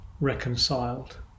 reconciled